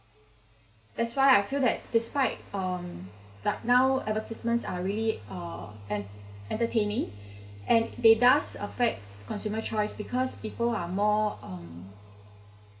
that's why I feel that despite um like now advertisements are really uh en~ entertaining and they does affect consumer choice because people are more um